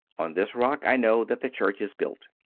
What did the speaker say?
on this rock i know that the church is built.